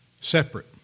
separate